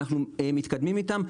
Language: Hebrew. אנחנו מתקדמים איתם,